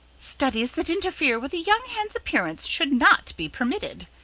studies that interfere with a young hen's appearance should not be permitted,